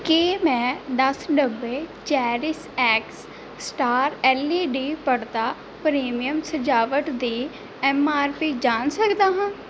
ਕੀ ਮੈਂ ਦਸ ਡੱਬੇ Cherish X star L E D ਪਰਦਾ ਪ੍ਰੀਮੀਅਮ ਸਜਾਵਟ ਦੀ ਐੱਮ ਆਰ ਪੀ ਜਾਣ ਸਕਦਾ ਹਾਂ